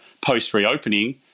post-reopening